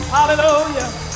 Hallelujah